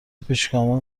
پیشگامان